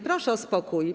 Proszę o spokój.